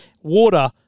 water